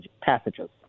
passages